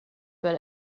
but